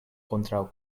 kontraŭ